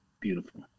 Beautiful